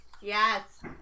Yes